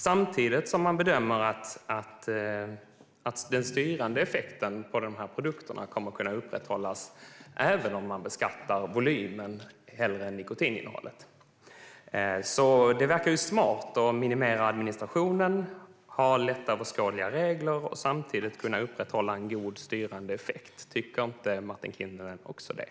Samtidigt bedömer man att den styrande effekten när det gäller dessa produkter kommer att kunna upprätthållas även om man beskattar volymen och inte nikotininnehållet. Det verkar ju smart att minimera administrationen, ha lätta och överskådliga regler och samtidigt upprätthålla en god styrande effekt. Tycker inte Martin Kinnunen också det?